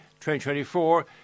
2024